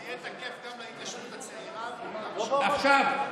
זה יהיה תקף גם להתיישבות הצעירה ביהודה ושומרון?